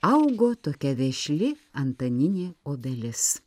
augo tokia vešli antaninė obelis